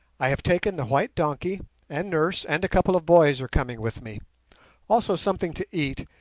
i have taken the white donkey and nurse and a couple of boys are coming with me also something to eat,